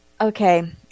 Okay